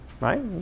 right